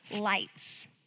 lights